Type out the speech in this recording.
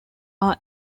are